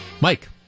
Mike